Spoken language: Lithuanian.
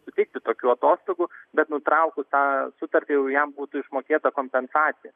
suteikti tokių atostogų bet nutraukus tą sutartį jau jam būtų išmokėta kompensacija